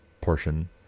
portion